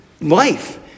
life